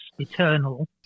eternal